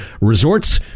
Resort's